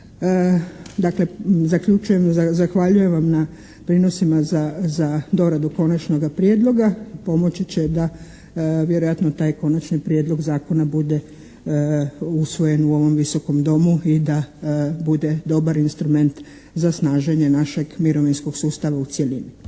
slučaju zaključujem, zahvaljujem vam na prinosima za doradu konačnoga prijedloga pomoći će da vjerojatno taj konačni prijedlog zakona bude usvojen u ovome Visokom domu i da bude dobar instrument za snaženje našeg mirovinskog sustava u cjelini.